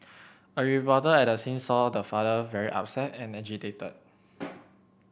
a reporter at the scene saw the father very upset and agitated